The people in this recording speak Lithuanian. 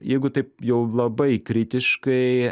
jeigu taip jau labai kritiškai